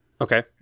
Okay